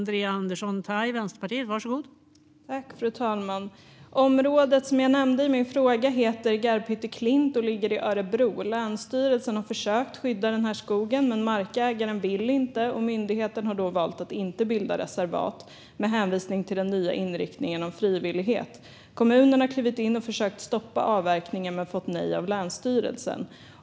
Fru talman! Det område jag nämnde i min fråga heter Garphytteklint och ligger i Örebro. Länsstyrelsen har försökt skydda skogen, men markägaren vill inte. Myndigheten har då valt att inte bilda reservat med hänvisning till den nya inriktningen om frivillighet. Kommunen har klivit in och försökt stoppa avverkningen men fått nej av länsstyrelsen.